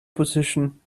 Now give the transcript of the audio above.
position